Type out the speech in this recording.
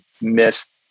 miss